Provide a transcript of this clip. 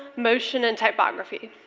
motion, and typography.